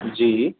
जी